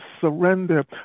surrender